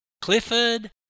Clifford